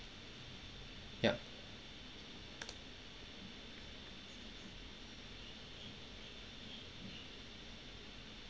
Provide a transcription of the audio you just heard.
yup